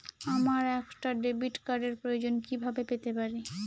আমার একটা ডেবিট কার্ডের প্রয়োজন কিভাবে পেতে পারি?